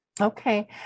Okay